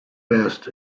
best